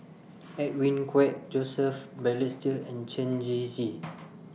Edwin Koek Joseph Balestier and Chen Shiji